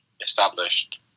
established